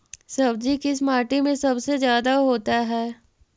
सब्जी किस माटी में सबसे ज्यादा होता है?